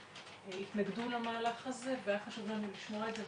התנגדו למהלך והיה חשוב לנו לשמוע את זה,